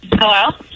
Hello